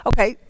Okay